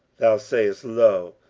thou sayest, lo,